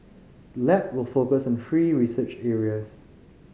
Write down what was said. the lab will focus on three research areas